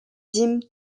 dîmes